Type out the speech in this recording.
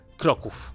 kroków